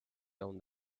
down